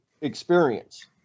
experience